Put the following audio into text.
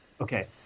Okay